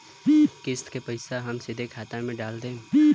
किस्त के पईसा हम सीधे खाता में डाल देम?